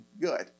good